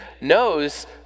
knows